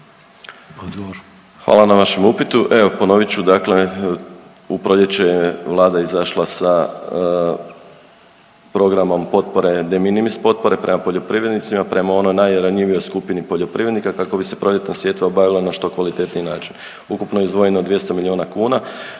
Hvala na vašem upitu. Evo ponovit ću dakle, u proljeće je vlada izašla sa programom potpore „de minimis“ potpore prema poljoprivrednicima, prema onoj najranjivijoj skupini poljoprivrednika kako bi se proljetna sjetva obavila na što kvalitetniji način. Ukupno je izdvojeno 200 milijuna kuna